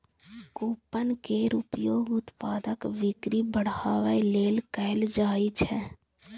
coupon केर उपयोग उत्पादक बिक्री बढ़ाबै लेल कैल जाइ छै